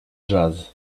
jazz